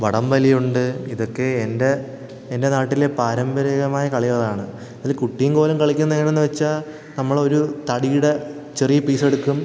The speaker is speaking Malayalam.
വടംവലിയുണ്ട് ഇതൊക്കെ എൻ്റെ എൻ്റെ നാട്ടിലെ പരമ്പരാഗതമായ കളികളാണ് ഇതിൽ കുട്ടിയും കോലും കളിക്കുന്ന എങ്ങനെയെന്ന് വച്ചാൽ നമ്മളൊരു തടിയുടെ ചെറിയ പീസെടുക്കും